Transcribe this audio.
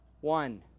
One